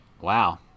Wow